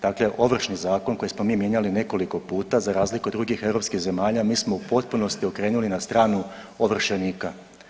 Dakle Ovršni zakon koji smo mi mijenjali nekoliko puta za razliku od drugih europskih zemalja mi smo u potpunosti okrenuli na stranu ovršenika.